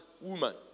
woman